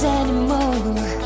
anymore